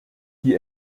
die